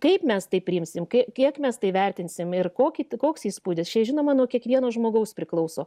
kaip mes tai priimsim kai kiek mes tai vertinsim ir kokį t koks įspūdis čia žinoma nuo kiekvieno žmogaus priklauso